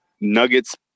Nuggets